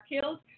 killed